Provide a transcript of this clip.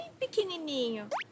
pequenininho